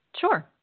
Sure